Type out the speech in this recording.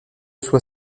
soit